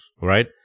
Right